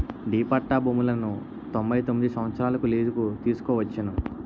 D పట్టా భూములను తొంభై తొమ్మిది సంవత్సరాలకు లీజుకు తీసుకోవచ్చును